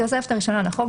בתוספת הראשונה לחוק,